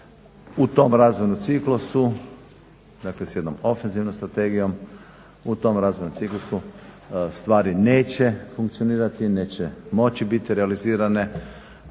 U tom razvojnom ciklusu dakle sa jednom ofenzivnom strategije u tom razvojnom ciklusu stvari neće funkcionirati neće moći biti realizirane